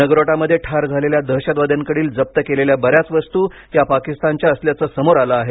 नगरोटामध्ये ठार झालेल्या दहशतवाद्यांकडील जप्त केलेल्या बऱ्याच वस्तू या पाकिस्तानच्या असल्याचं समोर आलं आहे